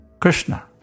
Krishna